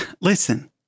Listen